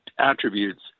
attributes